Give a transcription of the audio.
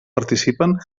participen